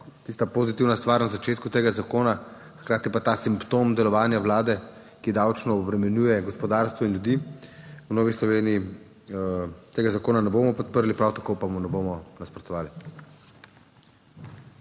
tista pozitivna stvar na začetku tega zakona, hkrati pa ta simptom delovanja Vlade, ki davčno obremenjuje gospodarstvo in ljudi v Novi Sloveniji tega zakona ne bomo podprli, prav tako pa mu ne bomo nasprotovali.